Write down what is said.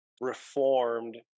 reformed